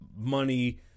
money